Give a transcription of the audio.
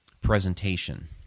presentation